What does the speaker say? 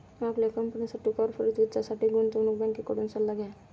आपल्या कंपनीसाठी कॉर्पोरेट वित्तासाठी गुंतवणूक बँकेकडून सल्ला घ्या